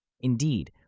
Indeed